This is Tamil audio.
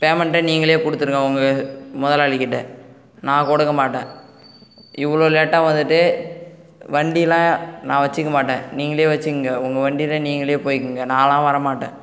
பேமண்ட்டை நீங்களே கொடுத்துடுங்க உங்க முதலாளிகிட்ட நான் கொடுக்க மாட்டேன் இவ்வளோ லேட்டாக வந்துட்டு வண்டிலாம் நான் வச்சுக்க மாட்டேன் நீங்களே வச்சுக்குங்க உங்க வண்டியில் நீங்களே போய்க்கோங்க நாலாம் வரமாட்டேன்